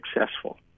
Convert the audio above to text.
successful